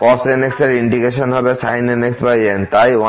cos nx এর integration হবে sin nx n তাই 1n